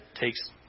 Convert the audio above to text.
takes